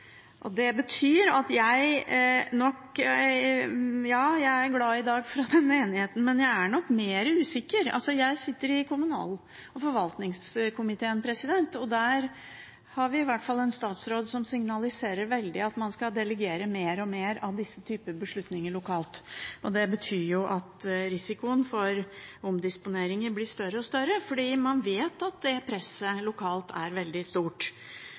Ja, jeg er glad for enigheten i dag, men jeg er nok mer usikker. Jeg sitter i kommunal- og forvaltningskomiteen. Der har vi i hvert fall en statsråd som signaliserer veldig at man skal delegere mer og mer av denne typen beslutninger lokalt. Det betyr at risikoen for omdisponeringer blir større og større, for man vet at presset lokalt er veldig stort.